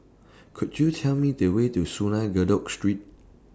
Could YOU Tell Me The Way to Kadut Street